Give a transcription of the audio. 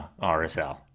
RSL